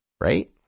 Right